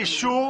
לאישור